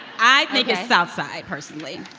i think it's south side, personally.